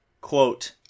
Quote